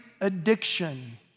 addiction